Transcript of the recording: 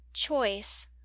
CHOICE